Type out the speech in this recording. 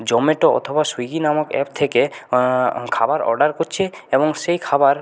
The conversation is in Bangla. জোমেটো অথবা স্যুইগি নামক অ্যাপ থেকে খাবার অর্ডার করছে এবং সেই খাবার